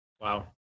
wow